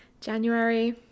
January